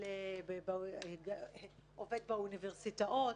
ושהוא עובד באוניברסיטאות